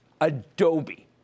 Adobe